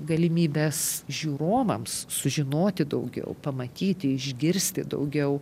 galimybes žiūrovams sužinoti daugiau pamatyti išgirsti daugiau